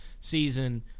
season